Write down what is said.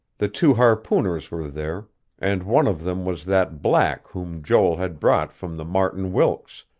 the two harpooners were there and one of them was that black whom joel had brought from the martin wilkes,